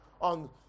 on